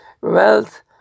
wealth